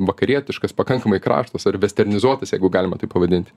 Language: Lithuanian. vakarietiškas pakankamai kraštas ar vesternizuotas jeigu galima taip pavadinti